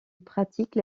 pratique